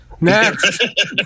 Next